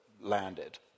landed